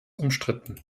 umstritten